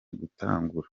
gutangura